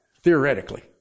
theoretically